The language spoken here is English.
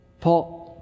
Paul